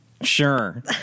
Sure